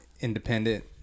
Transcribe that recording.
independent